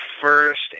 first